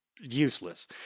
useless